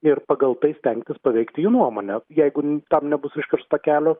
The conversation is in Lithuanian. ir pagal tai stengtis paveikti jų nuomonę jeigu tam nebus užkirsta kelio